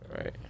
right